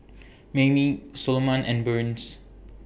Mayme Soloman and Burns